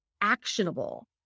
actionable